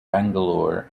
bangalore